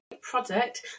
product